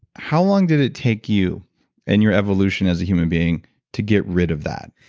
how long did it take you in your evolution as a human being to get rid of that?